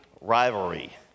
rivalry